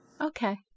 Okay